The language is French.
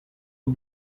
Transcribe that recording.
aux